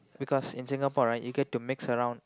because in Singapore you get to mix around